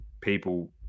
people